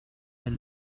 del